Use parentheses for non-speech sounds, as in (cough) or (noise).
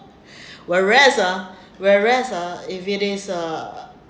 (breath) whereas ah whereas ah if it is uh